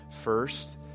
first